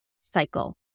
cycle